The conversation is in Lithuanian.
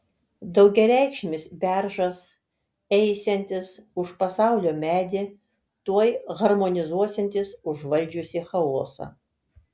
daugiareikšmis beržas eisiantis už pasaulio medį tuoj harmonizuosiantis užvaldžiusį chaosą